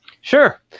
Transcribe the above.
Sure